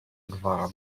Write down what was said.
gwara